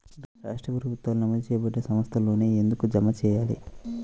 రాష్ట్ర ప్రభుత్వాలు నమోదు చేయబడ్డ సంస్థలలోనే ఎందుకు జమ చెయ్యాలి?